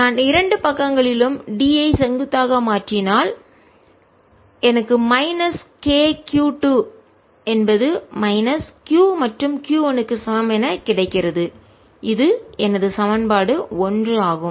நான் 2 பக்கங்களிலும் D ஐ செங்குத்தாக மாற்றினால் எனக்கு மைனஸ் k q 2 என்பது மைனஸ் q மற்றும் q 1 க்கு சமம் என கிடைக்கிறது இது எனது சமன்பாடு 1 ஆகும்